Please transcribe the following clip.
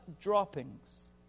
droppings